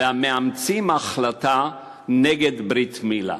והמאמצים החלטה נגד ברית-מילה.